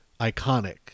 iconic